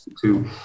two